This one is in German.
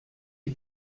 die